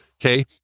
Okay